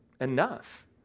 enough